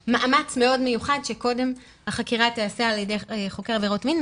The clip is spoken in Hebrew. אין מאמץ מאוד מיוחד שקודם החקירה תיעשה על ידי חוקר עבירות מין.